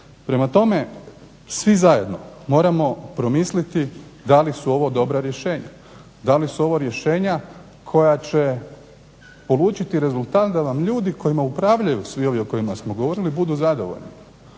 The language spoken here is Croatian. Prema tome svi zajedno moramo promisliti da li su ovo dobra rješenja. Da li su ovo rješenja koja će polučiti rezultat da vam ljudi kojima upravljaju svi ovi o kojima smo govorili budu zadovoljni.